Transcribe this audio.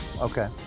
Okay